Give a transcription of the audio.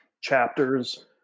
chapters